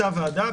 אותה ועדה,